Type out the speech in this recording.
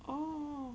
oh